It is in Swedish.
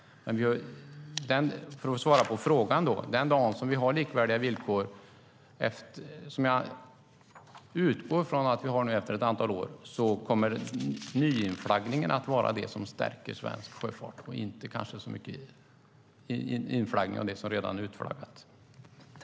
Den dag som det finns likvärdiga villkor, som jag utgår från att det finns efter ett antal år, kommer nyinflaggningen att stärka svensk sjöfart, inte inflaggning av det som redan är utflaggat.